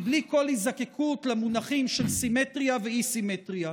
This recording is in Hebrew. בלי כל היזקקות למונחים של סימטריה ואי-סימטריה.